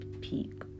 peak